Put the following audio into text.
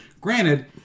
Granted